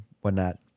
whatnot